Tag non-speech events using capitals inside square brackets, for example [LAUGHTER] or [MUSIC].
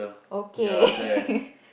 okay [LAUGHS]